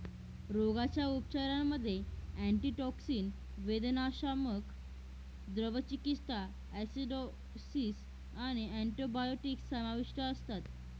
रोगाच्या उपचारांमध्ये अँटीटॉक्सिन, वेदनाशामक, द्रव चिकित्सा, ॲसिडॉसिस आणि अँटिबायोटिक्स समाविष्ट असतात